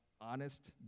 honest